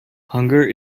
hunger